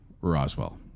Roswell